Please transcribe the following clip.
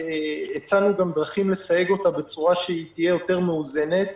הצענו גם דרכים לסייג את ההחלטה בצורה שהיא תהיה יותר מאוזנת.